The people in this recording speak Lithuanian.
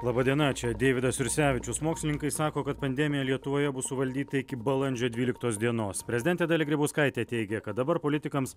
laba diena čia deividas jursevičius mokslininkai sako kad pandemija lietuvoje bus suvaldyta iki balandžio dvyliktos dienos prezidentė dalia grybauskaitė teigia kad dabar politikams